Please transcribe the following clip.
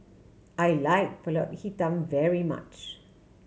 I like Pulut Hitam very much